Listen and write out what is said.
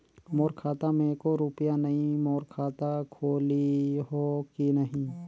मोर खाता मे एको रुपिया नइ, मोर खाता खोलिहो की नहीं?